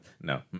no